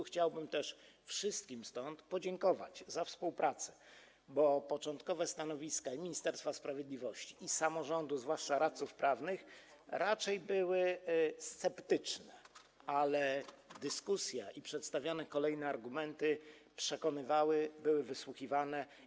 Chciałbym też wszystkim podziękować za współpracę, gdyż początkowe stanowisko Ministerstwa Sprawiedliwości i samorządu, zwłaszcza radców prawnych, było raczej sceptyczne, ale dyskusja oraz przedstawiane kolejne argumenty przekonywały ich i były wysłuchiwane.